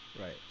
Right